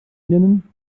nennen